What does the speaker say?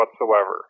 whatsoever